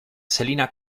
selina